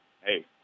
hey